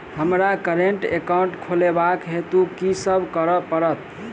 हमरा current account खोलेवाक हेतु की सब करऽ पड़त?